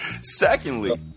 Secondly